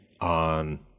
on